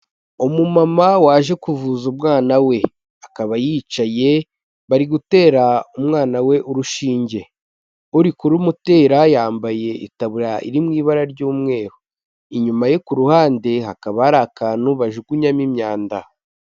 Umumama waje kuvuza umwana we, akaba yicaye bari gutera umwana we urushinge, uri kurumutera yambaye itaburiya iri mu ibara ry'umweru, inyuma ye ku ruhande hakaba hari akantu bajugunyamo imyanda.